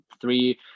three